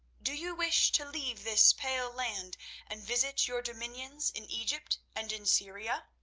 do you wish to leave this pale land and visit your dominions in egypt and in syria?